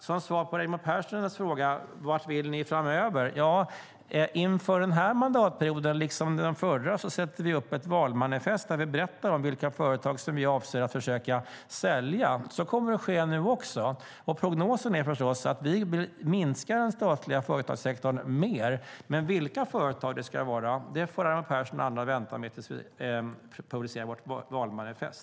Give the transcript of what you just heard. Som svar på Raimo Pärssinens fråga om vart vi vill framöver kan jag säga att vi inför den här mandatperioden liksom inför den förra satte upp ett valmanifest där vi berättade vilka företag vi avsåg att försöka sälja. Så kommer att ske nu också. Prognosen är förstås att vi vill minska den statliga företagssektorn mer, men vilka företag det ska vara får Raimo Pärssinen och andra vänta med tills vi publicerar vårt valmanifest.